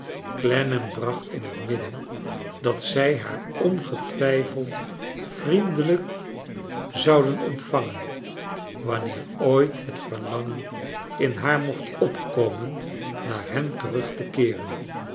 clennam bracht in het midden dat zij haar ongetwrjfeld vriendelijk zouden ontvangen wanneer ooit het verlangen in haar mocht opkomen naar hen terug te keeren